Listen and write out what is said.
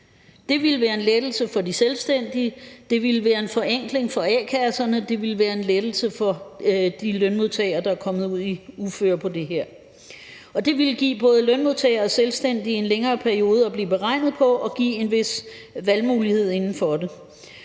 Det ville være en lettelse for de selvstændige, det ville være en forenkling for a-kasserne, og det ville være en lettelse for de lønmodtagere, der er kommet i uføre på grund af det her. Det ville give både lønmodtagere og selvstændige en længere periode at blive beregnet på og give nogle valgmuligheder inden for det.